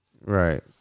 right